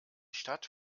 stadt